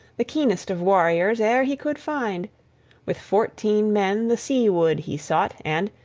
the keenest of warriors e'er he could find with fourteen men the sea-wood he sought, and,